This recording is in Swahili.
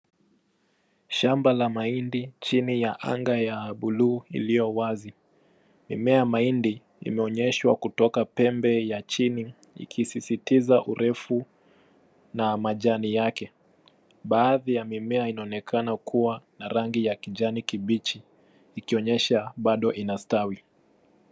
Shamba la mahindi chini ya anga ya buluu iliyo wazi. Mimea ya mahindi imeonyeshwa kutoka pembe ya chini ikisisitiza urefu na majani yake. Baadhi ya mimea inaonekana kuwa na rangi ya kijani kibichi ikionyesha bado inastawi.